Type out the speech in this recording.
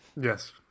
Yes